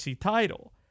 title